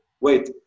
wait